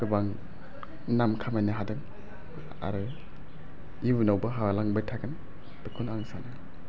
गोबां नाम खामायनो हादों आरो इयुनावबो हालांबाय थागोन बेखौनो आं सानो